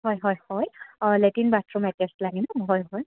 হয় হয় হয় অঁ লেট্ৰিন বাথৰুম এটেচ লাগে ন হয় হয়